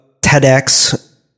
TEDx